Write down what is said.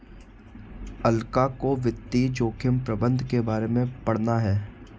अलका को वित्तीय जोखिम प्रबंधन के बारे में पढ़ना है